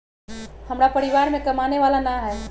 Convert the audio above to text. हमरा परिवार में कमाने वाला ना है?